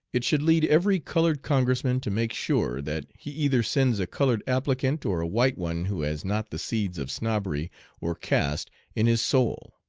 it should lead every colored congressman to make sure that he either sends a colored applicant or a white one who has not the seeds of snobbery or caste in his soul.